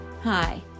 Hi